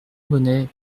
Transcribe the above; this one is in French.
bonnet